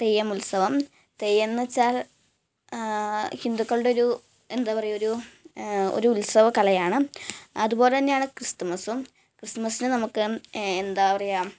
തെയ്യം ഉത്സവം തെയ്യം എന്ന് വെച്ചാൽ ഹിന്ദുക്കളുടെ ഒരു എന്താ പറയുക ഒരു ഒരു ഉത്സവ കലയാണ് അതുപോലെ തന്നെയാണ് ക്രിസ്തുമസും ക്രിസ്തുമസിന് നമുക്ക് എന്താ പറയുക